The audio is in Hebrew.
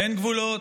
אין גבולות,